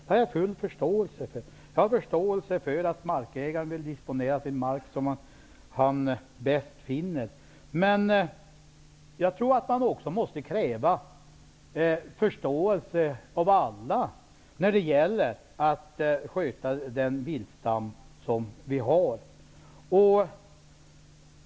Jag har full förståelse för att markägaren vill disponera sin mark som han finner bäst, men jag tror att man måste kräva förståelse av alla när det gäller att sköta den viltstam som vi har.